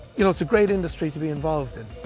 you know it's a great industry to be involved in.